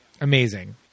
Amazing